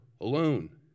alone